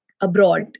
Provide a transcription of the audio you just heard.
abroad